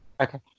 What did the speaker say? Okay